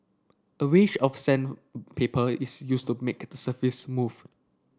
a range of sandpaper is used to make surface smooth